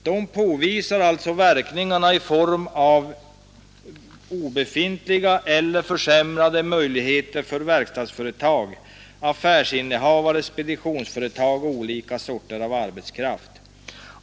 Man påvisar alltså verkningarna i form av obefintliga eller försämrade möjligheter för verkstadsföretag, affärsinnehavare, speditionsföretag och olika slags arbetskraft.